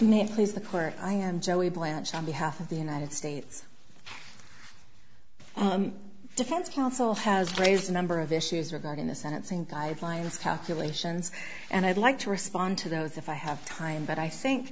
name please the court i am joey blanche on behalf of the united states defense counsel has raised a number of issues regarding the sentencing guidelines calculations and i'd like to respond to those if i have time but i think